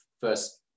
first